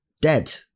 dead